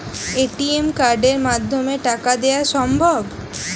ATM কার্ডের মাধ্যমে টাকা জমা দেওয়া সম্ভব?